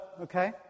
Okay